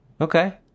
Okay